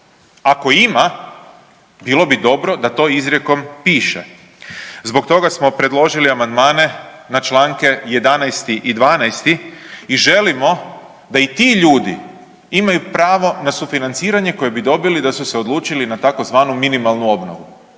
ako ima bilo bi dobro da to izrijekom piše. Zbog toga smo predložili amandmane na čl.11. i 12. i želimo da i ti ljudi imaju pravo na sufinanciranje koje bi dobili da su se odlučili na tzv. minimalnu obnovu,